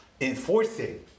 enforcing